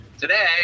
Today